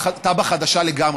בתב"ע חדשה לגמרי.